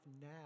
now